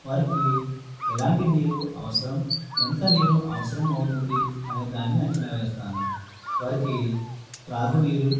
వారికి ఎలాంటి నీరు అవసరం ఎంత నీరు అవసరం అవుతుంది అనే దాన్ని అంచనా వేస్తాను వారికి త్రాగునీరు